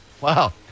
Wow